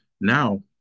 now